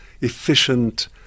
efficient